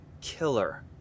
killer